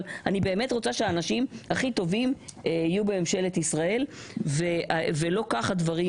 אבל אני באמת רוצה שאנשים הכי טובים יהיו בממשלת ישראל ולא כך הדברים,